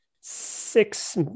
six